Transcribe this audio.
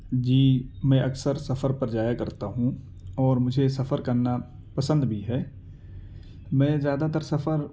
جی میں اکثر سفر پر جایا کرتا ہوں اور مجھے سفر کرنا پسند بھی ہے میں زیادہ تر سفر